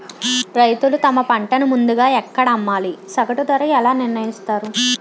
రైతులు తమ పంటను ముందుగా ఎక్కడ అమ్మాలి? సగటు ధర ఎలా నిర్ణయిస్తారు?